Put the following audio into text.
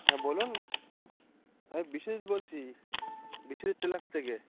হ্যাঁ বলুন আমি বিশেষ বলছি বিশেষ টেলার্স থেকে